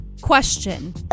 Question